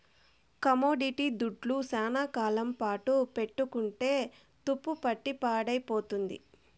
commodity దుడ్లు శ్యానా కాలం పాటు పెట్టుకుంటే తుప్పుపట్టి పాడైపోతుంది